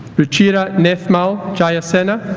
ruchira nethmal jayasena